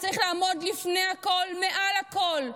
זה צריך לעמוד לפני הכול, מעל הכול.